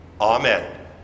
amen